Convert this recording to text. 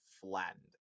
flattened